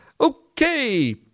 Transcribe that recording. Okay